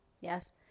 yes